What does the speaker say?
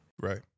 right